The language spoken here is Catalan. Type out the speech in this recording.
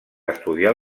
estudiar